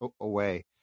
away